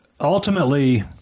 Ultimately